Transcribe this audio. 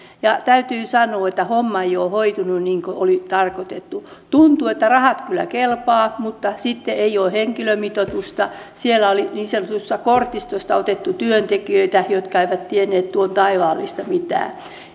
täytyy sanoa että homma ei ole hoitunut niin kuin oli tarkoitettu tuntuu että rahat kyllä kelpaavat mutta sitten ei ole henkilömitoitusta siellä oli niin sanotusta kortistosta otettu työntekijöitä jotka eivät tienneet tuon taivaallista mitään